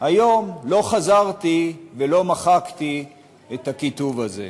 היום לא חזרתי ולא מחקתי את הכיתוב הזה.